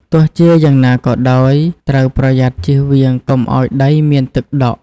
ទោះជាយ៉ាងណាក៏ដោយ ត្រូវប្រយ័ត្នចៀសវាងកុំឱ្យដីមានទឹកដក់។